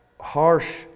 harsh